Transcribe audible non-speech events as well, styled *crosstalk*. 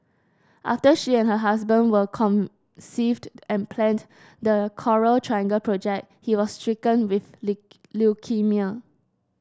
after she and her husband were conceived and planned the Coral Triangle project he was stricken with *unintelligible* leukaemia